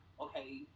okay